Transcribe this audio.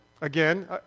again